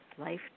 Life